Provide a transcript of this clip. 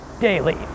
daily